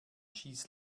schieß